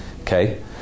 Okay